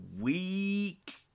week